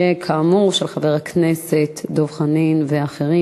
כאמור, של חבר הכנסת דב חנין ואחרים.